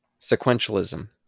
Sequentialism